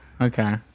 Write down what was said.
Okay